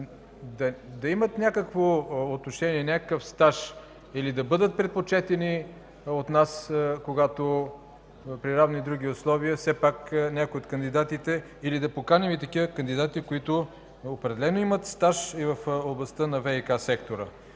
да имат някакво отношение, някакъв стаж или да бъдат предпочетени от нас, когато при равни други условия, когато някой от кандидатите... Или да поканим и такива кандидати, които определено имат стаж и в областта на ВиК сектора,